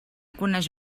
coneix